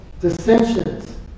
dissensions